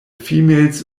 females